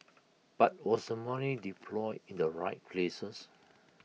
but was the money deployed in the right places